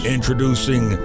Introducing